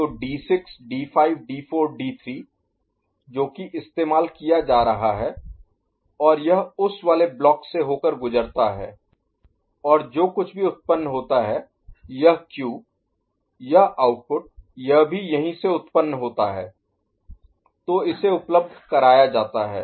तो D6D5D4D3 जो कि इस्तेमाल किया जा रहा है और यह उस वाले ब्लॉक से होकर गुजरता है और जो कुछ भी उत्पन्न होता है यह q यह आउटपुट यह भी यहीं से उत्पन्न होता है तो इसे उपलब्ध कराया जाता है